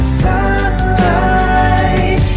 sunlight